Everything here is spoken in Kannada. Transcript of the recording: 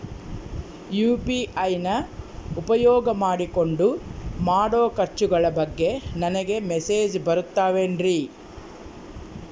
ಯು.ಪಿ.ಐ ನ ಉಪಯೋಗ ಮಾಡಿಕೊಂಡು ಮಾಡೋ ಖರ್ಚುಗಳ ಬಗ್ಗೆ ನನಗೆ ಮೆಸೇಜ್ ಬರುತ್ತಾವೇನ್ರಿ?